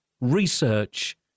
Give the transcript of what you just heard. research